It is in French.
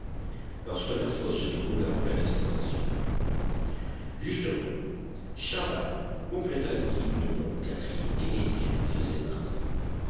lorsque la fosse se trouvait en pleine exploitation justement chaval compléta l'équipe dont catherine et étienne faisaient partie